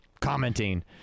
commenting